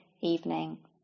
evening